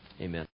Amen